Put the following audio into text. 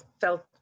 felt